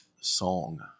song